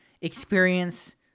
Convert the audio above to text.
experience